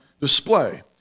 display